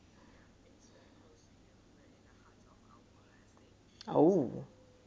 oo